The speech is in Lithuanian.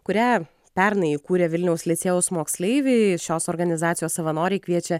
kurią pernai įkūrė vilniaus licėjaus moksleiviai šios organizacijos savanoriai kviečia